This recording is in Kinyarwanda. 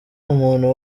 umuntu